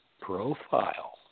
profile